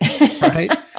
right